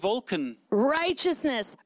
righteousness